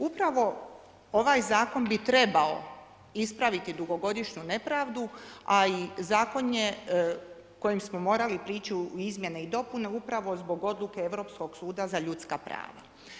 Upravo ovaj Zakon bi trebao ispraviti dugogodišnju nepravdu, a i Zakon je kojem smo morali prići u izmjene i dopune upravo zbog odluke Europskog suda za ljudska prava.